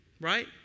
Right